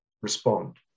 respond